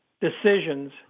decisions